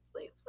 please